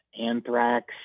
Anthrax